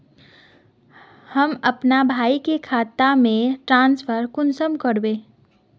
हम अपना भाई के खाता में ट्रांसफर कुंसम कारबे?